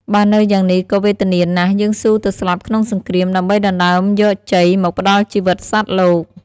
បើនៅយ៉ាងនេះក៏វេទនាណាស់ យើងស៊ូទៅស្លាប់ក្នុងសង្គ្រាម ដើម្បីដណ្ដើមយកជ័យ មកផ្ដល់ជីវិតសត្វលោក។